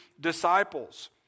disciples